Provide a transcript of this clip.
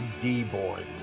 D-Boy